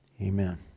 Amen